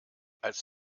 als